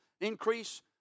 increase